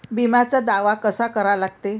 बिम्याचा दावा कसा करा लागते?